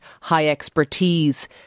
high-expertise